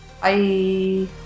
Bye